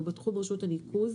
זה כבר בתחום רשות הניקוז.